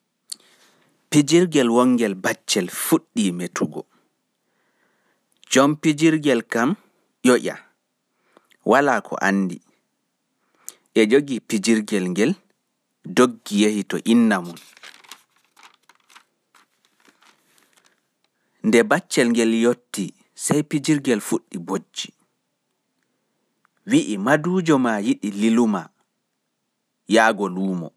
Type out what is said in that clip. Pijirgel ɓingel ɓiɗɗo fuɗɗi metugo. Jom pijirgel kam ƴoƴa, wala ko anndi,e jogi pijirgel ngel doggi yahi to inna mun. nde baccel yotti sai pijirgel fuɗɗi bojji, wi'I madujo ma yiɗi liluma lumo.